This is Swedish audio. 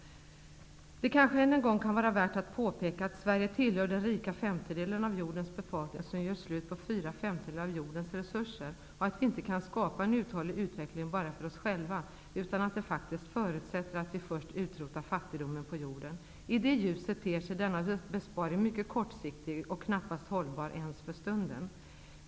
Det kanske än en gång kan vara värt att påpeka att Sverige tillhör den rika femtedelen av jordens befolkning som gör slut på 4/5 av jordens resurser och att vi inte kan skapa en uthållig utveckling bara för oss själva. Det förutsätter faktiskt att vi först utrotar fattigdomen på jorden. I det ljuset ter sig denna besparing mycket kortsiktig och knappast hållbar ens för stunden.